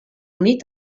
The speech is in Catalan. unir